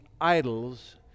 idols